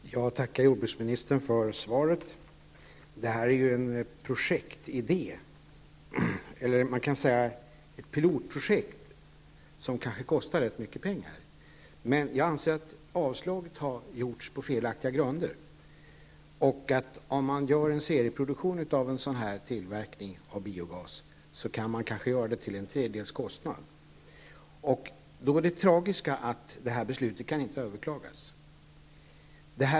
Herr talman! Jag tackar jordbruksministern för svaret. Detta är ju en projektidé eller ett pilotprojekt som kanske kostar ganska mycket pengar. Jag anser att avslaget har gjorts på felaktiga grunder. Om man gör en serieproduktion av en sådan här tillverkning av biogas kan man kanske sänka kostnaden till en tredjedel. Det tragiska är att det här beslutet inte kan överklagas.